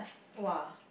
!wah!